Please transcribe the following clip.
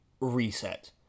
reset